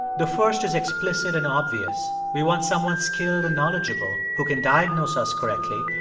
the first is explicit and obvious we want someone skilled and knowledgeable who can diagnose us correctly,